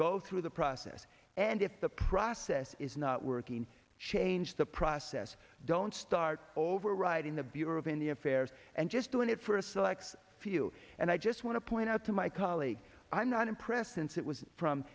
go through the process and if the process is not working change the process don't start overriding the bureau of indian affairs and just doing it for a select few and i just want to point out to my colleague i'm not impressed since it was from